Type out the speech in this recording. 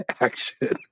action